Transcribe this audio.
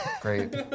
Great